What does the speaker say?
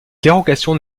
dérogations